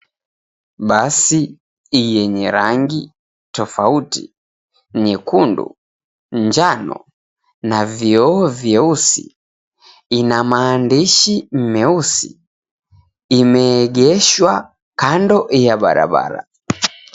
Basi yenye rangi tofauti nyekundu, njano na vioo vyeusi ina maandishi meusi imeegeshwa kando ya barabara.